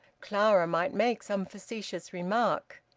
clara might make some facetious remark.